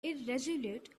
irresolute